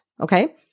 okay